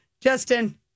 Justin